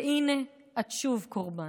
והינה, את שוב קורבן,